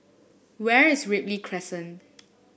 where is Ripley Crescent